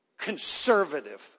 Conservative